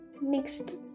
mixed